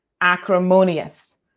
acrimonious